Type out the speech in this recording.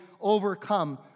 overcome